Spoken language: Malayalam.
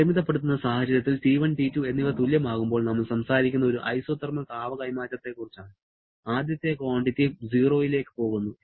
പരിമിതപ്പെടുത്തുന്ന സാഹചര്യത്തിൽ T1 T2 എന്നിവ തുല്യമാകുമ്പോൾ നമ്മൾ സംസാരിക്കുന്നത് ഒരു ഐസോതെർമൽ താപ കൈമാറ്റത്തെക്കുറിച്ചാണ് ആദ്യത്തെ ക്വാണ്ടിറ്റി 0 ലേക്ക് പോകുന്നു